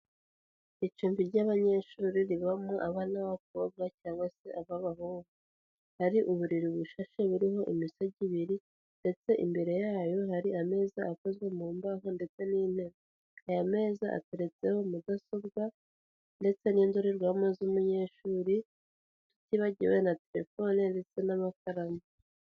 Icumbi ry'abanyeshuri ribamo abana b'abakobwa cyangwa se ab'abahungu. Hari uburiri bushashe buriho imisego ibiri ndetse imbere yayo hari ameza akozwe mu mbaho ndetse n'intebe. Aya meza ateretseho mudasobwa ndetse n'indorerwamo z'umunyeshuri, tutibagiwe na terefone ndetse n'amakaramu.